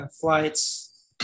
flights